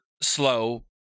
slow